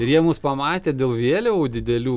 ir jie mus pamatė dėl vėliavų didelių